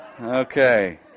Okay